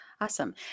Awesome